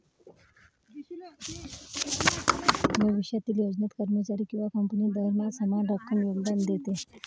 भविष्यातील योजनेत, कर्मचारी किंवा कंपनी दरमहा समान रक्कम योगदान देते